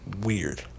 weird